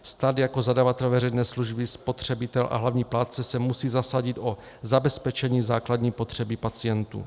Stát jako zadavatel veřejné služby, spotřebitel a hlavní plátce se musí zasadit o zabezpečení základní potřeby pacientů.